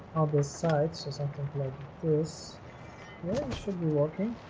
side so something like this should be working